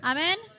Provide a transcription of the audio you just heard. Amen